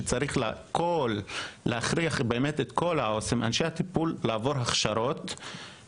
שצריך להכריח את כל אנשי הטיפול לעבור הכשרות כאלה,